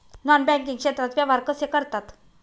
Non banking क्षेत्रात व्यवहार कसे करतात?